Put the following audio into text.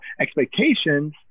expectations